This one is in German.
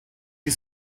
die